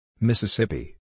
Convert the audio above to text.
Mississippi